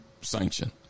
sanction